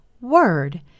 word